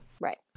Right